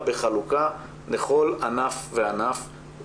דווקא לנושא הזה משום מה המספרים הולכים